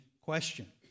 question